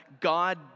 God